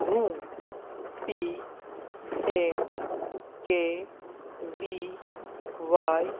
હું P M K V Y